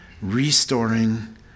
restoring